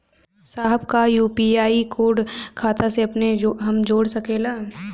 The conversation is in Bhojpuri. साहब का यू.पी.आई कोड खाता से अपने हम जोड़ सकेला?